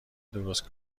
درست